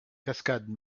cascade